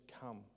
come